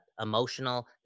emotional